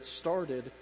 started